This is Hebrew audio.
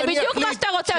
זה בדיוק מה שאתה רוצה.